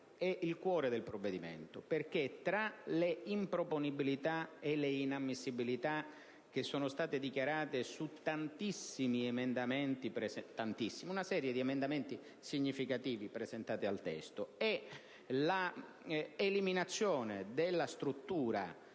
è il cuore del provvedimento, perché, tra le improponibilità e le inammissibilità che sono state dichiarate su una serie di emendamenti significativi presentati al testo e l'eliminazione della struttura